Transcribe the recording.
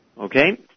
Okay